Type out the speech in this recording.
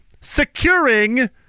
securing